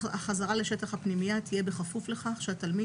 החזרה לשטח הפנימייה תהיה בכפוף לכך שהתלמיד